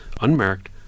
unmarked